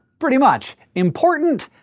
pretty much. important?